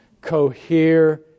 cohere